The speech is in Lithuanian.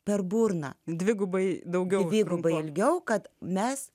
per burną dvigubai daugiau dvigubai ilgiau kad mes